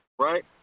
right